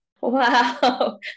Wow